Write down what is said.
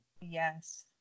Yes